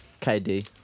KD